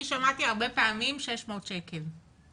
אני שמעתי הרבה פעמים '600 שקל'.